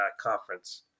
conference